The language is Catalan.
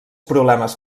problemes